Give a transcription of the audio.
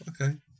Okay